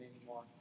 anymore